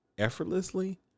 effortlessly